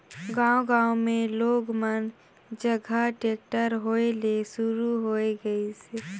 गांव गांव मे लोग मन जघा टेक्टर होय ले सुरू होये गइसे